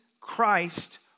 Christ